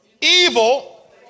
evil